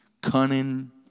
cunning